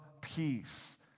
peace